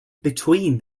between